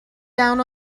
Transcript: down